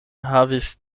havis